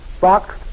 Box